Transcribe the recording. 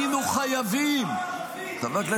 והיינו חייבים --- מה היה כל כך חשוב לפגוע בחברה הערבית.